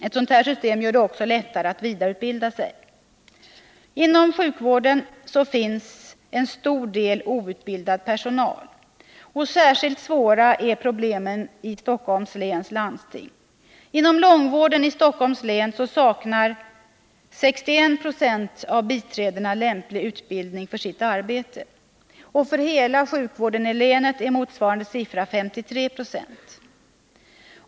Ett sådant system gör det också lättare att vidareutbilda sig. Inom sjukvården finns ett stort antal outbildade. Särskilt svåra är problemen i Stockholms läns landsting. Inom långvården i Stockholms län saknar 61 20 av biträdena lämplig utbildning för sitt arbete. För hela sjukvården i länet är motsvarande siffra 53 20.